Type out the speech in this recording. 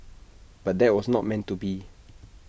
but that was not meant to be